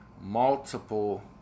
multiple